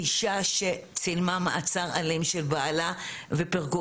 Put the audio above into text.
אישה שצילמה מעצר אלים של בעלה ופירקו